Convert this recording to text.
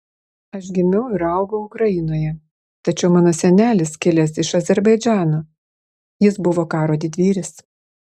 aš gimiau ir augau ukrainoje tačiau mano senelis kilęs iš azerbaidžano jis buvo karo didvyris